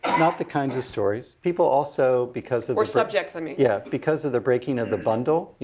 not the kinds of stories. people also, because of or subjects, i mean. yeah, because of the breaking of the bundle. you